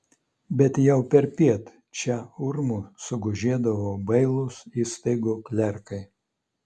bet jau perpiet čia urmu sugužėdavo bailūs įstaigų klerkai